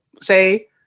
say